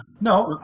No